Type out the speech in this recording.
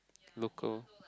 local